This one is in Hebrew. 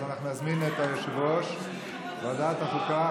אז אנחנו נזמין את יושב-ראש ועדת החוקה,